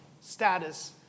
status